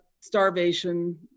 starvation